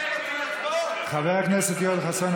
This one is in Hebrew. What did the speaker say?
חבר הכנסת יואל חסון,